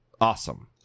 Awesome